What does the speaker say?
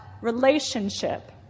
relationship